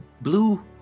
blue